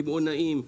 קמעונאים,